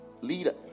leader